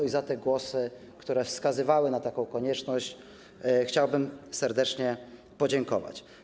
I za głosy, które wskazywały taką konieczność, chciałbym serdecznie podziękować.